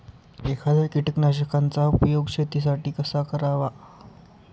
एखाद्या कीटकनाशकांचा उपयोग शेतीसाठी कसा करावा?